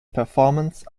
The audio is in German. performance